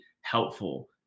helpful